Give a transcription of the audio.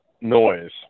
noise